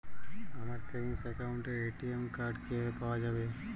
আমার সেভিংস অ্যাকাউন্টের ATM card কিভাবে পাওয়া যাবে?